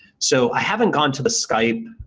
so, i haven't gone to the skype